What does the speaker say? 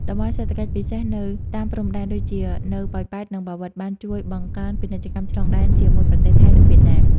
តំបន់សេដ្ឋកិច្ចពិសេស នៅតាមព្រំដែន ដូចជានៅប៉ោយប៉ែត និងបាវិត បានជួយបង្កើនពាណិជ្ជកម្មឆ្លងដែនជាមួយប្រទេសថៃ និងវៀតណាម។